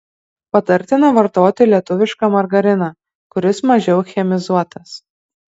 patartina vartoti lietuvišką margariną kuris mažiau chemizuotas